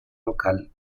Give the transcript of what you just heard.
local